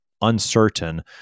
uncertain